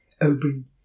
open